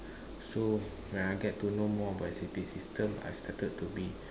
so when I get to know more about S_A_P system I started to be